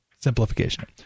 simplification